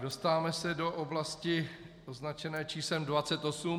Dostáváme se do oblasti označené číslem 28.